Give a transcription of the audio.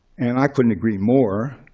and i couldn't agree more.